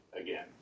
again